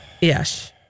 Yes